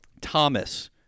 Thomas